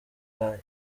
hamwe